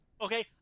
Okay